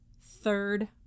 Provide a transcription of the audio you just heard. Third